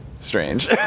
strange